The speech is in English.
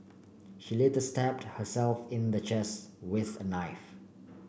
she later stabbed herself in the chest with a knife